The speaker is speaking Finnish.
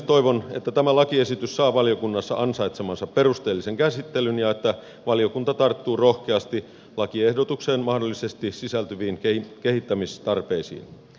toivon että tämä lakiesitys saa valiokunnassa ansaitsemansa perusteellisen käsittelyn ja että valiokunta tarttuu rohkeasti lakiehdotukseen mahdollisesti sisältyviin kehittämistarpeisiin